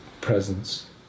presence